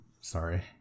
sorry